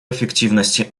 эффективности